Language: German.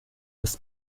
ist